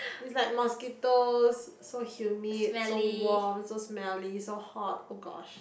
it's like mosquitos so humid so warm so smelly so hot oh gosh